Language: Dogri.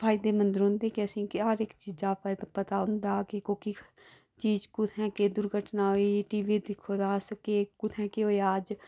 फायदे मंद रौंहदे कि अस हर इक्क चीज़ा दा पता होंदा कि कोह्की चीज़ कुत्थै केह् दुर्घटना होई एह् दिक्खो कुत्थै केह् होआ अज्ज